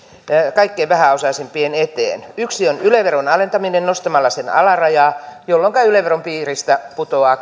kaikkein vähäosaisimpien eteen yksi on yle veron alentaminen nostamalla sen alarajaa jolloinka yle veron piiristä putoaa